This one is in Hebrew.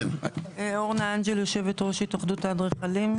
אורנה אנג'ל יושבת ראש התאחדות האדריכלים.